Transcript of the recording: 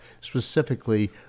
specifically